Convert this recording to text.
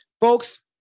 Folks